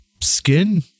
skin